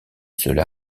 cela